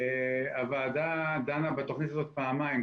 הוועדה דנה בתוכנית הזאת פעמיים,